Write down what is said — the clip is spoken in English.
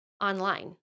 online